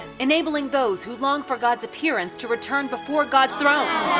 enabling those who long for god's appearance to return before god's throne.